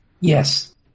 Yes